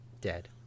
Dead